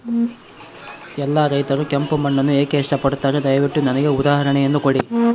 ಎಲ್ಲಾ ರೈತರು ಕೆಂಪು ಮಣ್ಣನ್ನು ಏಕೆ ಇಷ್ಟಪಡುತ್ತಾರೆ ದಯವಿಟ್ಟು ನನಗೆ ಉದಾಹರಣೆಯನ್ನ ಕೊಡಿ?